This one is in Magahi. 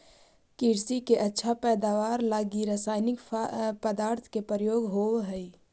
कृषि के अच्छा पैदावार लगी रसायनिक पदार्थ के प्रयोग होवऽ हई